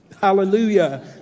Hallelujah